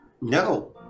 No